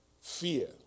fear